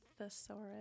Thesaurus